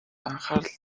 анхаарал